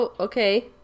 okay